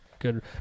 Good